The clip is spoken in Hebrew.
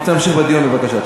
אנחנו רוצים להמשיך בדיון בבקשה.